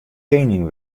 kening